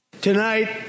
Tonight